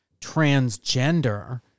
transgender